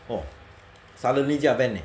orh suddenly 驾 van eh